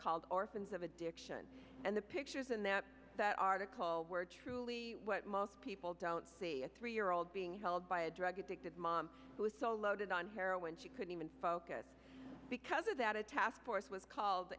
called orphans of addiction and the pictures in that that article were truly what most people don't see a three year old being held by a drug addicted mom who was so loaded on heroin she couldn't even focus because of that a task force was called